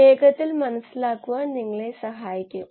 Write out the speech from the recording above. ഇതോടെ നമ്മൾ മൊഡ്യൂൾ 5 പൂർത്തിയാക്കുന്നു